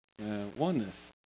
Oneness